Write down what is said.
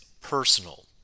personal